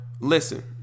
listen